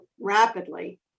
rapidly